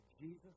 Jesus